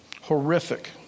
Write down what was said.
horrific